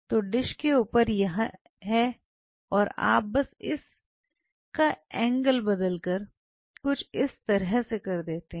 तो डिश के ऊपर यह है और आप बस इसका एंगल बदल कर कुछ इस तरह से कर देते हैं